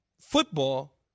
football